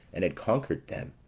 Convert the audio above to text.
and had conquered them